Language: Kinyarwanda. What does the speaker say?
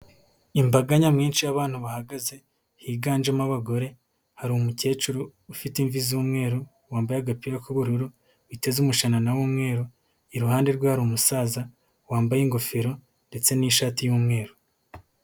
Imbaga nyamwinshi y'abantu bahagaze higanjemo abagore. Hari umukecuru ufite imvi z'umweru, wambaye agapira k'ubururu, witeze umushanana w'umweru. Iruhande rwe hari umusaza wambaye ingofero ndetse n'ishati y'umweru.